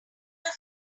your